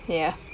ya